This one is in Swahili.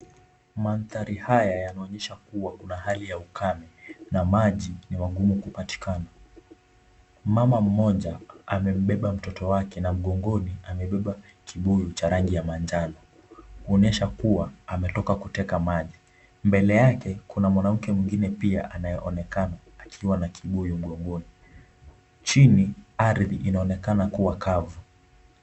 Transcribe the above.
Mandhari haya yanaonyesha kuwa kuna hali ya ukame na maji ni magumu kupatikana. Mama mmoja amembeba mtoto wake na magongoni amebeba kibuyu cha rangi ya manjano kuonyesha kuwa ametoka kuteka maji. Mbele yake kuna mwanamke mwingine pia anayeonekana akiwa na kibuyu mgongoni. Chini ardhi inaonekana kuwa kavu.